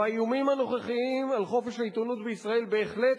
והאיומים הנוכחיים על חופש העיתונות בישראל בהחלט